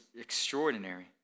extraordinary